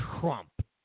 Trump